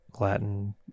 latin